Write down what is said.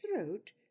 throat